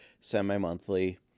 semi-monthly